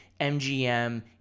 mgm